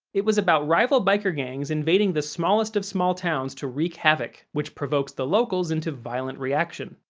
it was about rival biker gangs invading the smallest of small towns to wreak havoc, which provokes the locals into violent reaction.